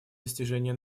достижения